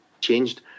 changed